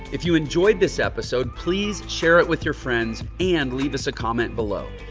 if you enjoyed this episode, please share it with your friends and leave us a comment below.